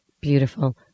Beautiful